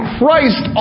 Christ